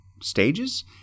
stages